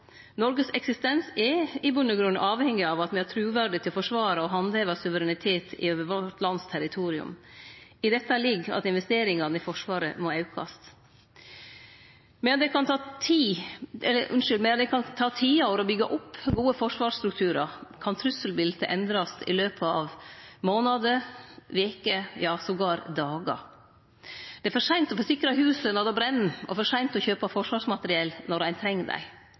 Noregs eksistens er i grunnen avhengig av at me har truverdet til å forsvare og handheve suverenitet over det som er territoriet vårt. I det ligg det at investeringane i Forsvaret må aukast. Medan det kan ta tiår å byggje opp gode forsvarsstrukturar, kan trusselbiletet endre seg i løpet av månader, veker, ja, endåtil dagar. Det er for seint å forsikre huset når det brenn, og det er for seint å kjøpe forsvarsmateriell når ein treng